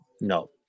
No